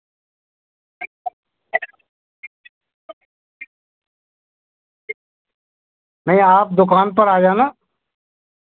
नहीं आप दुकान पर आ जाना